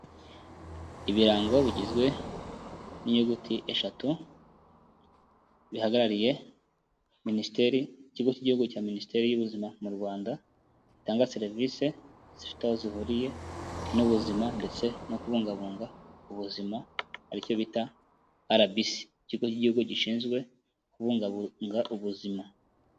Ibirango bigizwe n'inyuguti eshatu, bihagarariye Minisiteri, Ikigo cy'Igihugu cya Minisiteri y'Ubuzima mu Rwanda, gitanga serivisi zifite aho zihuriye n'ubuzima ndetse no kubungabunga ubuzima ari cyo bita RBC, ikigo cy'Igihugu gishinzwe kubungabunga ubuzima.